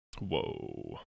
whoa